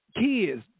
kids